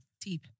deep